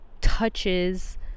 touches